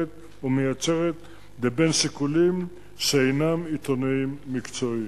ומייצרת לבין שיקולים שאינם עיתונאיים מקצועיים.